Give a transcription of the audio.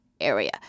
area